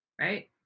Right